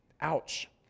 Ouch